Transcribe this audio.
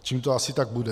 Čím to asi tak bude?